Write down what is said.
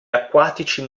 acquatici